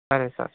సరే సార్